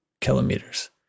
kilometers